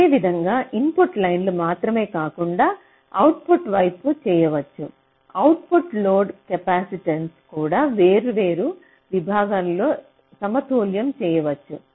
అదేవిధంగా ఇన్పుట్ లైన్లు మాత్రమే కాకుండా అవుట్పుట్ వైపు చేయవచ్చు అవుట్పుట్ లోడ్ కెపాసిటెన్స్ కూడా వేర్వేరు విభాగంలో సమతుల్యం చేయవచ్చు